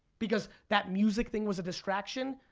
because that music thing was a distraction.